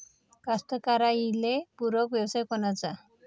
कास्तकाराइले पूरक व्यवसाय कोनचा?